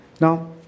Now